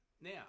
Now